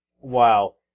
Wow